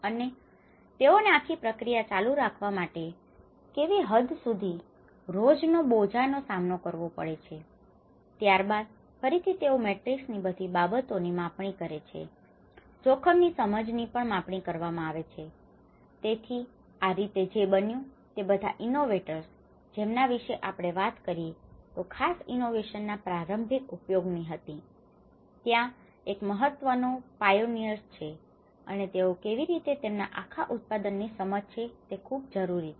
અને તેઓને આખી પ્રક્રિયા ચાલુ રાખવા માટે કેવી હદ સુધી રોજ નો બોજા નો સામનો મેળવે છે અને ત્યારબાદ ફરીથી તેઓ મેટ્રીક્સ ની બધી બાબતો ની માપણી કરે છે જોખમ ની સમજની પણ માપણી કરવામાં આવે છે તેથી આ રીતે જે બન્યું તે છે કે બધા ઇનોવેટર્સ જેમના વિશે આપણે વાત કરી તે ખાસ ઇનોવેશન ના પ્રારંભિક ઉપયોગ ની હતી ત્યાં એક મહત્વનો પયોનિઅર્સ છે અને તેઓ કેવી રીતે તેમના આખા ઉત્પાદન ની સમજ છે તે ખુબજ જરૂરી છે